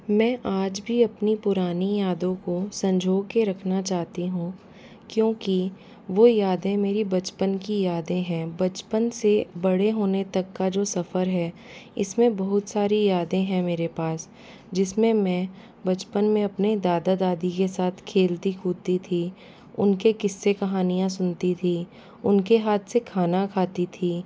मैं आज भी अपनी पुरानी यादों को संजो के रखना चाहती हूँ क्योंकि वो यादें मेरी बचपन की यादें हैं बचपन से बड़े होने तक का जो सफ़र है इसमें बहुत सारी यादें हैं मेरे पास जिसमें मैं बचपन में अपने दादा दादी के साथ खेलती कूदती थी उनके किस्से कहानियाँ सुनती थी उनके हाथ से खाना खाती थी